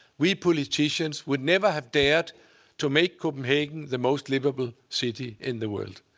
we politicians would never have dared to make copenhagen the most livable city in the world.